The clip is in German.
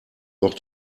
noch